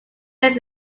met